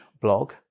blog